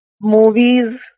movies